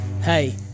hey